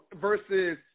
versus –